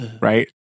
right